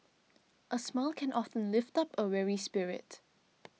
a smile can often lift up a weary spirit